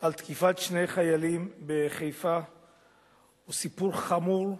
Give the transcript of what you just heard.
על תקיפת שני חיילים בחיפה הוא סיפור חמור,